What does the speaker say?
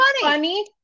funny